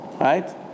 Right